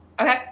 Okay